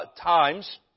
times